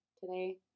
today